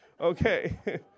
Okay